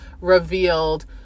revealed